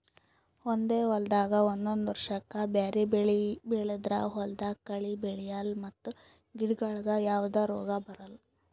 ಒಂದೇ ಹೊಲ್ದಾಗ್ ಒಂದೊಂದ್ ವರ್ಷಕ್ಕ್ ಬ್ಯಾರೆ ಬೆಳಿ ಬೆಳದ್ರ್ ಹೊಲ್ದಾಗ ಕಳಿ ಬೆಳ್ಯಾಲ್ ಮತ್ತ್ ಗಿಡಗೋಳಿಗ್ ಯಾವದೇ ರೋಗ್ ಬರಲ್